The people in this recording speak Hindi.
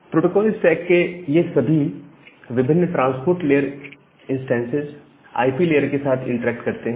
प्रोटोकोल स्टैक के ये सभी विभिन्न transport layer instances IP layer लेयर के साथ इंटरेक्ट करते हैं